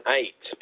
eight